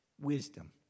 wisdom